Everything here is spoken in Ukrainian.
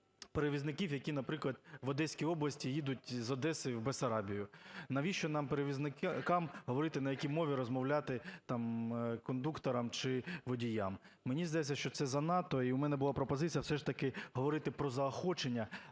перевізників, які, наприклад, в Одеській області їдуть з Одеси в Бессарабію? Навіщо нам перевізникам говорити, на якій мові розмовляти там кондукторам чи водіям? Мені здається, що це занадто, і у мене була пропозиція все ж таки говорити про заохочення,